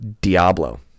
Diablo